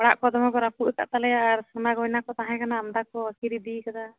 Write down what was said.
ᱚᱲᱟᱜ ᱠᱚ ᱫᱚᱢᱮ ᱠᱚ ᱨᱟᱹᱯᱩᱫ ᱟᱠᱟᱫ ᱛᱟᱞᱮᱭᱟ ᱟᱨ ᱥᱚᱱᱟ ᱜᱚᱭᱱᱟ ᱠᱚ ᱛᱟᱦᱮᱸ ᱠᱟᱱᱟ ᱟᱢᱫᱟ ᱠᱚ ᱟᱛᱠᱤᱨ ᱤᱫᱤ ᱟᱠᱟᱫᱟ